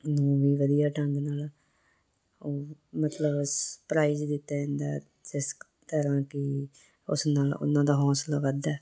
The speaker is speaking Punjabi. ਨੂੰ ਵੀ ਵਧੀਆ ਢੰਗ ਨਾਲ ਉਹ ਮਤਲਬ ਸ ਪ੍ਰਾਈਜ ਦਿੱਤਾ ਜਾਂਦਾ ਜਿਸ ਤਰ੍ਹਾਂ ਕਿ ਉਸ ਨਾਲ ਉਹਨਾਂ ਦਾ ਹੌਸਲਾ ਵੱਧਦਾ